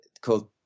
called